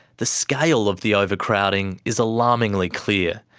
the scale of the overcrowding is alarmingly clear.